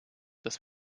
dass